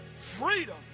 Freedom